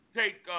take